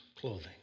clothing